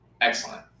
Excellent